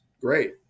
great